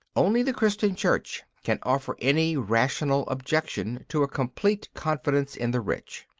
only the christian church can offer any rational objection to a complete confidence in the rich.